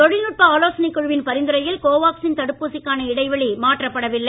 தொழில்நுட்ப ஆலோசனைக் குழுவின் பரிந்துரையில் கோவாக்சின் தடுப்பூசிக்கான இடைவெளி மாற்றப்படவில்லை